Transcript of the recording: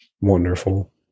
Wonderful